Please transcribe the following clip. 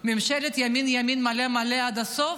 ממשלת ימין-ימין מלא-מלא עד הסוף?